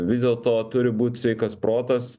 vis dėlto turi būt sveikas protas